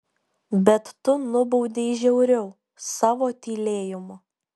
bet tu nubaudei žiauriau savo tylėjimu